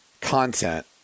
content